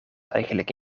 eigenlijk